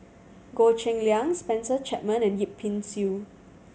Goh Cheng Liang Spencer Chapman and Yip Pin Xiu